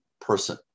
person